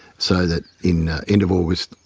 so that in end of august,